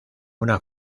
una